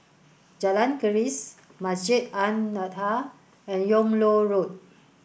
Jalan Keris Masjid An Nahdhah and Yung Loh Road